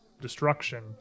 destruction